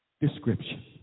description